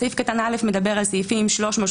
סעיף קטן (א) מדבר על סעיפים 300,